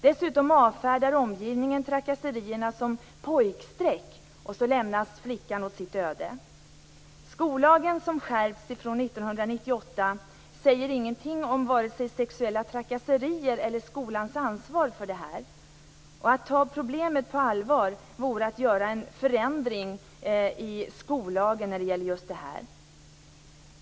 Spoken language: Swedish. Dessutom avfärdar omgivningen trakasserierna som pojkstreck, och så lämnas flickan åt sitt öde. Skollagen, som skärpts från 1998, säger ingenting om vare sig sexuella trakasserier eller skolans ansvar för detta. Att ta problemet på allvar vore att göra en förändring i skollagen i just detta avseende.